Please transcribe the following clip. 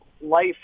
life